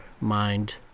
mind